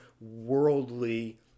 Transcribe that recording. worldly